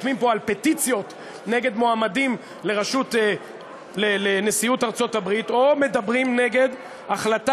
על פטיציות נגד מועמדים לנשיאות ארצות-הברית או מדברים נגד החלטה